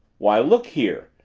why, look here!